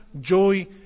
joy